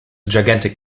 gigantic